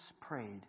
prayed